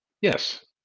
Yes